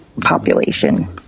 population